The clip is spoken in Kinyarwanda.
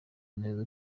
neza